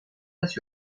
است